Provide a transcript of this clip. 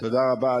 תודה רבה.